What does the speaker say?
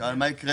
שאל מה יקרה